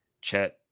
chet